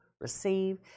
Receive